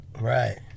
Right